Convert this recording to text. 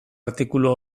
artikulu